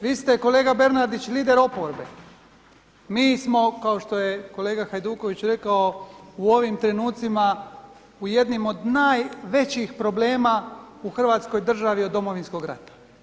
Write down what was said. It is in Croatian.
Vi ste kolega Bernardić lider oporbe, mi smo kao što je kolega Hajduković rekao, u ovim trenucima u jednim od najvećih problema u Hrvatskoj državi od Domovinskog rata.